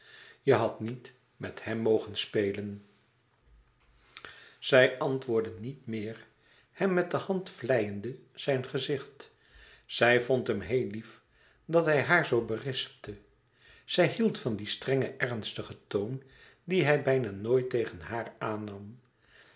je hadt niet met hem mogen spelen ij antwoordde niet meer hem met de hand vleiende zijn gezicht zij vond hem heel lief dat hij haar zoo berispte zij hield van dien strengen ernstigen toon dien hij bijna nooit tegen haar aannam